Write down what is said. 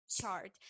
chart